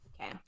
okay